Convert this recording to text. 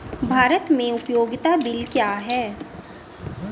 भारत में उपयोगिता बिल क्या हैं?